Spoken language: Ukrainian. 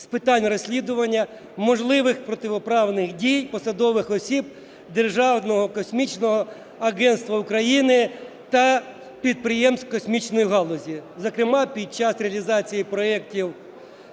з питань розслідування можливих протиправних дій посадових осіб Державного космічного агентства України та підприємств космічної галузі, зокрема під час реалізації проектів